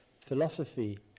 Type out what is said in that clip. Philosophy